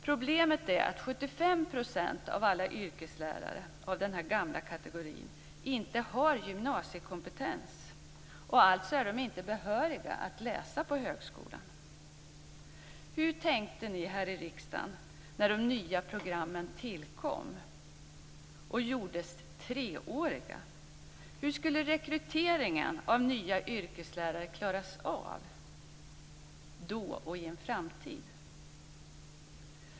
Problemet är att 75 % av alla yrkeslärare av den gamla kategorin inte har gymnasiekompetens och alltså inte är behöriga att läsa på högskolan. Hur tänkte ni här i riksdagen när de nya programmen tillkom och gjordes treåriga? Hur skulle rekryteringen av nya yrkeslärare klaras av då och i en framtid?